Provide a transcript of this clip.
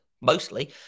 mostly